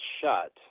shut